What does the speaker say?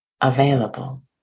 available